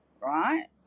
right